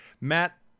Matt